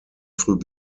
früh